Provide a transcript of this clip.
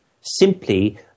Simply